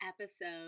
episode